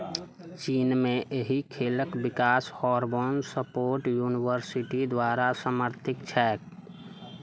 चीनमे एहि खेलक विकास हॉर्बोन स्पोर्ट यूनिवर्सिटी द्वारा समर्थित छैक